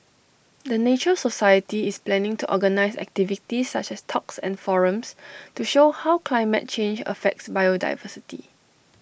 the nature society is planning to organise activities such as talks and forums to show how climate change affects biodiversity